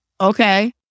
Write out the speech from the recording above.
Okay